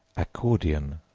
accordion,